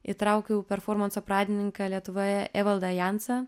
įtraukiau performanso pradininką lietuvoje evaldą jansą